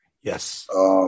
Yes